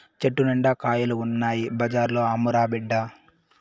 చెట్టు నిండా కాయలు ఉన్నాయి బజార్లో అమ్మురా బిడ్డా